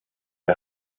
wir